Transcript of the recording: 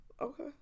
Okay